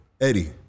Eddie